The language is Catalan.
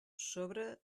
sobre